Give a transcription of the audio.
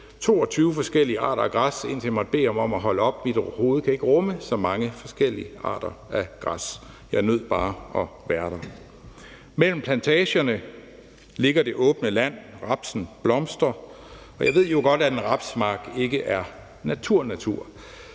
22 forskellige arter af græs, indtil jeg måtte bede ham om at holde op, for mit hoved kan ikke rumme så mange forskellige arter af græs. Jeg nød bare at være der. Mellem plantagerne ligger det åbne land, rapsen blomstrer, og jeg ved jo godt, at en rapsmark ikke er natur-natur,